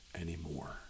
anymore